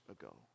ago